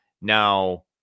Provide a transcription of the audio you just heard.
Now